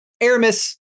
Aramis